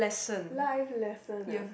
life lesson ah